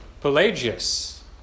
Pelagius